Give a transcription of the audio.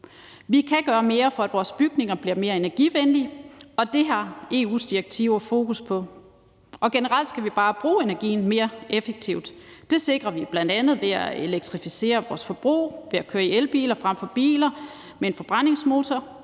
Vi kan gøre mere, for at vores bygninger bliver mere energivenlige, og det har EU's direktiver fokus på, og generelt skal vi bare bruge energien mere effektivt. Det sikrer vi bl.a. ved at elektrificere vores forbrug, ved at køre i elbiler frem for biler med en forbrændingsmotor